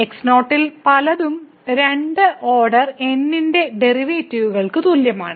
x0 ൽ പലതും 2 order n ന്റെ ഡെറിവേറ്റീവുകൾ തുല്യമാണ്